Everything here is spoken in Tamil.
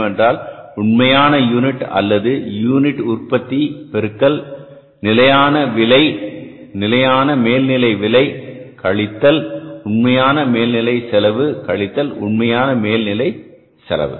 அது என்னவென்றால் உண்மையான யூனிட் அல்லது யூனிட் உற்பத்தி பெருக்கல் நிலையான விலை நிலையான மேல்நிலை விலை கழித்தல் உண்மையான மேல்நிலை செலவு கழித்தல் உண்மையான மேல் நிலை செலவு